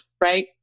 right